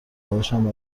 داداشم